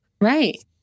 right